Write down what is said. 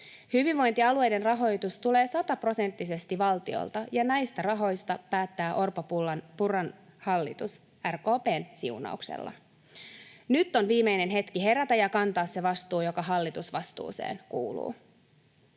Hyvinvointialueiden rahoitus tulee sataprosenttisesti valtiolta, ja näistä rahoista päättää Orpon—Purran hallitus RKP:n siunauksella. Nyt on viimeinen hetki herätä ja kantaa se vastuu, joka hallitusvastuuseen kuuluu.